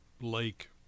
Lake